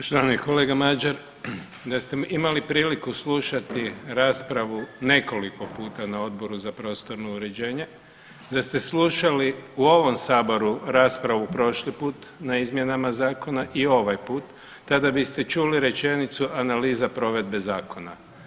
Poštovani kolega Mađar, da ste me imali priliku slušati raspravu nekoliko puta na Odboru za prostorno uređenje, da ste slušali u ovom Saboru raspravu prošli put na izmjenama Zakona i ovaj put, tada biste čuli rečenicu analiza provedbe zakona.